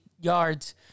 yards